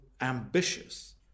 ambitious